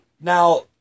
Now